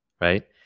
right